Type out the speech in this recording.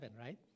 right